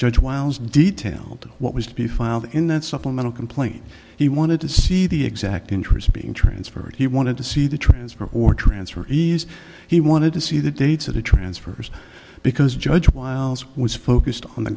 judge wiles detailed what was to be filed in that supplemental complaint he wanted to see the exact interest being transferred he wanted to see the transfer or transfer ease he wanted to see the dates of the transfers because judge wiles was focused on the